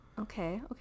Okay